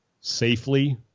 safely